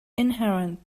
inherent